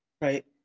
Right